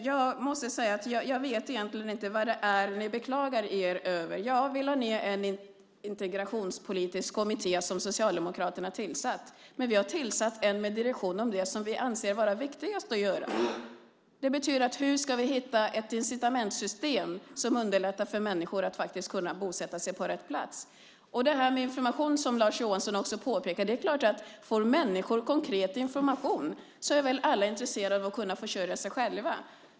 Jag vet egentligen inte vad ni beklagar er över. Ja, vi lade ned en integrationspolitisk kommitté som Socialdemokraterna tillsatte, men vi har tillsatt en med direktiv om det som vi anser vara viktigast att göra. Hur ska vi hitta ett incitamentssystem som underlättar för människor att kunna bosätta sig på rätt plats? Lars Johansson pekar också på detta med information. Om människor får konkret information är väl alla intresserade av att kunna försörja sig själva.